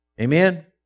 Amen